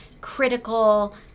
critical